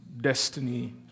Destiny